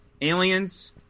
Aliens